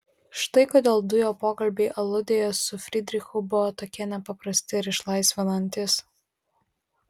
štai kodėl du jo pokalbiai aludėje su frydrichu buvo tokie nepaprasti ir išlaisvinantys